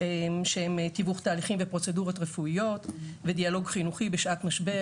שהם תיווך תהליכים ופרוצדורות רפואיות ודיאלוג חינוכי בשעת משבר.